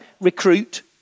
Recruit